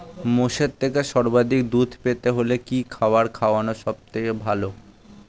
মোষের থেকে সর্বাধিক দুধ পেতে হলে কি খাবার খাওয়ানো সবথেকে ভালো?